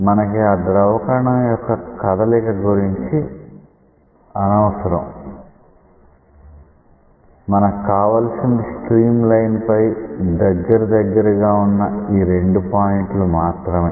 మనకి ఆ ద్రవ కణం యొక్క కదలిక గురించి అనవసరం మనకు కావలసింది స్ట్రీమ్ లైన్ పై దగ్గర దగ్గరగా ఉన్న ఈ 2 పాయింట్లు మాత్రమే